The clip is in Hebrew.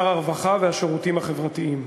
ושר הרווחה והשירותים החברתיים.